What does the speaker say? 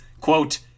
quote